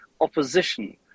opposition